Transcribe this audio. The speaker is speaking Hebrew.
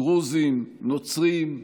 דרוזים, נוצרים,